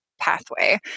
pathway